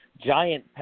giant